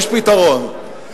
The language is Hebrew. יש פתרון,